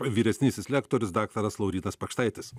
vyresnysis lektorius daktaras laurynas pakštaitis